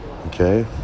Okay